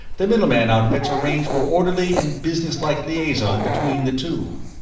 the middleman outfits arrange for orderly and businesslike liaison between the two.